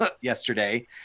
yesterday